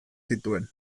zituen